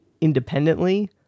independently